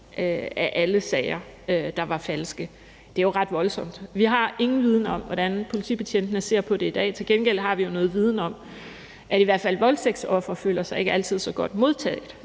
af alle sager, der var falske. Det er jo ret voldsomt. Vi har ingen viden om, hvordan politibetjentene ser på det i dag. Til gengæld har vi jo noget viden om, at i hvert fald voldtægtsofre ikke altid føler sig så godt modtaget